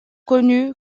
connu